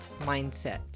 mindset